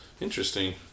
interesting